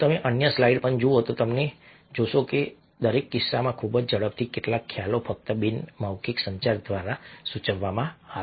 જો તમે અન્ય સ્લાઇડ્સ પણ જુઓ તો તમે જોશો કે દરેક કિસ્સામાં ખૂબ જ ઝડપથી કેટલાક ખ્યાલો ફક્ત બિન મૌખિક સંચાર દ્વારા સૂચવવામાં આવે છે